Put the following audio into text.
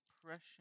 depression